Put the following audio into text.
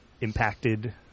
impacted